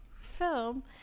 film